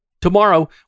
Tomorrow